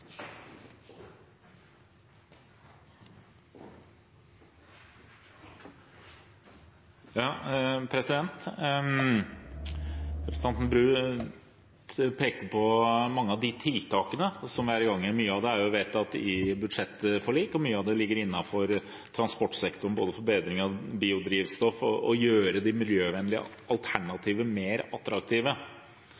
Representanten Bru pekte på mange av de tiltakene som er i gang. Mye av det er vedtatt i budsjettforlik, og mye av det ligger innenfor transportsektoren, f. eks. bedring av biodrivstoff og å gjøre de miljøvennlige